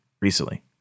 recently